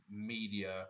media